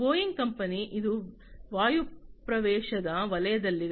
Boeing company ಇದು ವಾಯುಪ್ರದೇಶದ ವಲಯದಲ್ಲಿದೆ